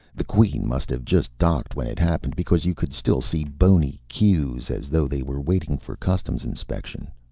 the queen must have just docked when it happened, because you could still see bony queues, as though they were waiting for customs inspection.